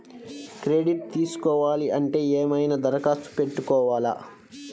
Credit తీసుకోవాలి అంటే ఏమైనా దరఖాస్తు పెట్టుకోవాలా?